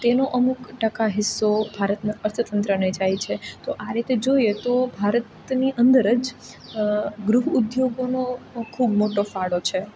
તેનો અમુક ટકા હિસ્સો ભારતના અર્થતંત્રને જાય છે તો આ રીતે જોઈએ તો ભારતની અંદર જ ગૃહ ઉદ્યોગોનો ખૂબ મોટો ફાળો છે